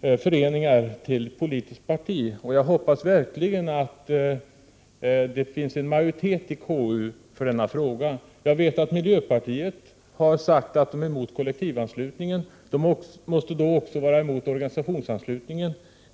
föreningar till politiska partier. Jag hoppas verkligen att det finns en majoritet i KU för denna fråga. Jag vet att miljöpartiet har sagt att det är emot kollektivanslutningen. Det måste då också vara emot organisationsanslutningen.